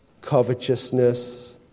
covetousness